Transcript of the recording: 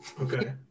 Okay